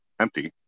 empty